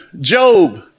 Job